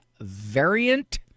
variant